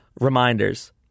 reminders